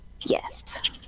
Yes